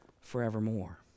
forevermore